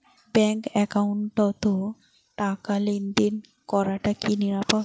Bank একাউন্টত টাকা লেনদেন করাটা কি নিরাপদ?